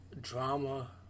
drama